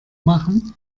machen